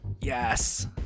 Yes